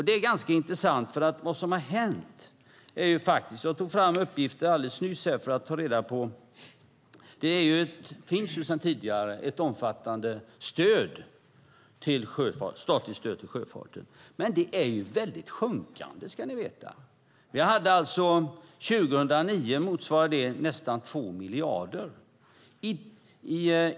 Det är ganska intressant, för det som har hänt är faktiskt - jag tog fram uppgiften alldeles nyss - att det sedan tidigare omfattande statliga stödet till sjöfarten är starkt sjunkande, ska ni veta. År 2009 motsvarade det alltså nästan 2 miljarder.